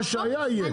מה שהיה יהיה.